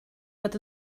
fod